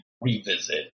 revisit